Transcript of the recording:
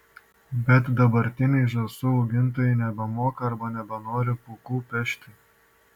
bet dabartiniai žąsų augintojai nebemoka arba nebenori pūkų pešti